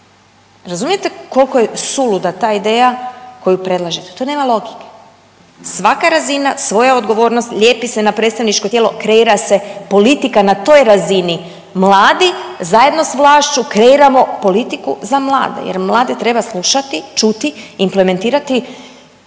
Razumijete koliko je suluda ta ideja koju predlažete? To nema logike. Svaka razina svoja odgovornost, lijepi se na predstavničko tijelo, kreira se politika na toj razini. Mladi zajedno sa vlašću kreiramo politiku za mlade, jer mlade treba slušati, čuti, implementirati,